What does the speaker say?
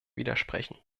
widersprechen